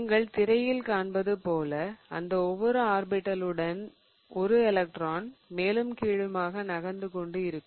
நீங்கள் திரையில் காண்பது போல அந்த ஒவ்வொரு ஆர்பிடலுடன் ஒரு எலக்ட்ரான் மேலும் கீழுமாக நகர்ந்து கொண்டு இருக்கும்